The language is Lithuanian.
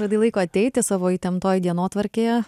radai laiko ateiti savo įtemptoj dienotvarkėje